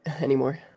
anymore